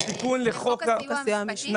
לחוק הסיוע המשפטי?